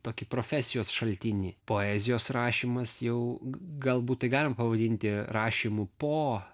tokį profesijos šaltinį poezijos rašymas jau galbūt tai galima pavadinti rašymu po